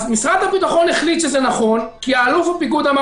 משרד הביטחון החליט שזה נכון כי אלוף הפיקוד אמר